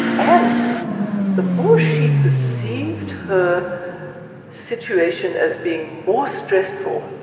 and the more she perceived her situation as being more stressful,